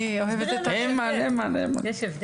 אני רוצה לאחל לכלל התלמידים והצוותים